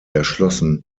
erschlossen